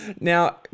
Now